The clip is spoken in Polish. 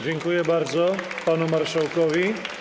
Dziękuję bardzo panu marszałkowi.